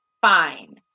fine